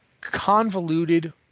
convoluted